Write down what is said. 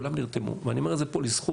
כולם נרתמו ואני אומר את זה פה לזכות